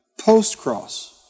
post-cross